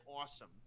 awesome